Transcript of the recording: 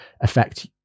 affect